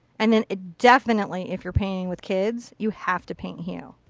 and and ah definitely if you're painting with kids, you have to paint hue.